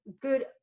good